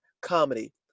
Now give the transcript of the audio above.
comedy